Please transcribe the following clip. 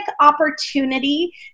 opportunity